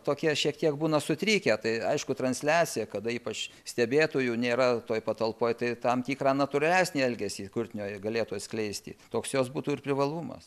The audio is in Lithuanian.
tokie šiek tiek būna sutrikę tai aišku transliacija kada ypač stebėtojų nėra toj patalpoj tai tam tikrą natūralesnį elgesį kurtinio jie galėtų atskleisti toks jos būtų ir privalumas